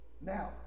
Now